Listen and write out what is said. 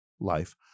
life